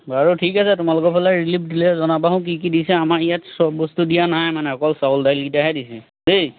বাৰু ঠিক আছে তোমালোকৰফালে ৰিলিভ দিলে জনাবাচোন কি কি দিছে আমাৰ ইয়াত চব বস্তু দিয়া নাই মানে অকল চাউল দাইলকেইটাহে দিছে দেই